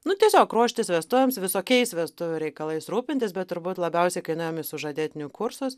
nu tiesiog ruoštis vestuvėms visokiais vestuvių reikalais rūpintis bet turbūt labiausiai kai nuėjom į sužadėtinių kursus